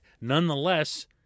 Nonetheless